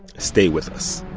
stay with us